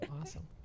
Awesome